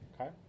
Okay